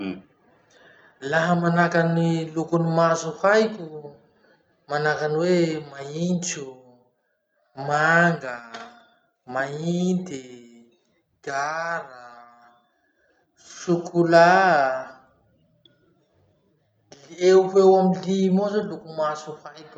Laha manahaky ny lokon'ny maso haiko, manahaky any hoe maintso, manga, mainty, gara, sokolà, li- eo ho eo amy limy eo zao loko maso haiko.